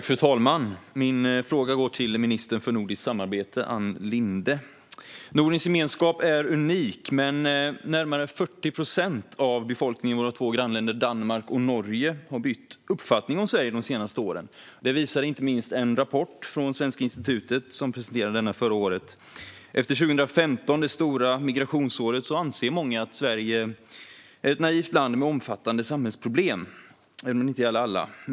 Fru talman! Min fråga går till ministern för nordiskt samarbete, Ann Linde. Nordisk gemenskap är unik. Men närmare 40 procent av befolkningen i våra grannländer Danmark och Norge har bytt uppfattning om Sverige de senaste åren. Det visar inte minst en rapport som Svenska institutet presenterade förra året. Efter 2015, det stora migrationsåret, anser många att Sverige är ett naivt land med omfattande samhällsproblem, även om det inte gäller alla.